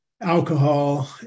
alcohol